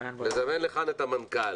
לזמן לכאן את המנכ"ל,